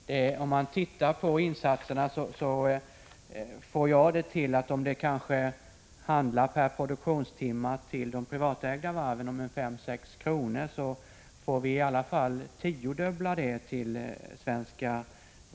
När jag ser på insatserna kommer jag fram till att det för de privatägda varven handlar om 5-6 kr. per produktionstimme, medan det för Svenska Varv rör sig om minst tio gånger så mycket.